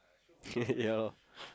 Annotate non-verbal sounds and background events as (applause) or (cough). (laughs) ya lor